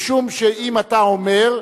משום שאם אתה אומר,